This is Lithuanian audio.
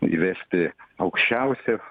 įvesti aukščiausią